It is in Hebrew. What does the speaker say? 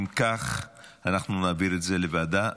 אם כך אנחנו נעביר את זה לוועדה.